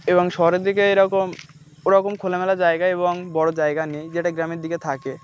এবং শহরের দিকে এরকম ওরকম খোল মেলা জায়গা এবং বড়ো জায়গা নেই যেটা গ্রামের দিকে থাকে